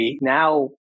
now